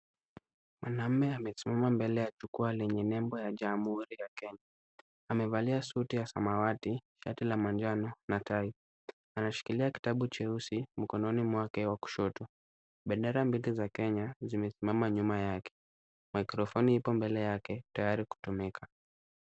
Mwanaume amesimama mbele ya jukwaa yenye nembo ya Jamhuri ya Kenya. Amevalia suti ya samawati, shati la manjano na tai. Anashikilia kitabu cheusi mkononi mwake wa kushoto. Bendera mbili za Kenya zimesimama nyuma yake. Mikrofoni ipo mbele yake tayari kutumika.